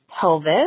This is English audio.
pelvis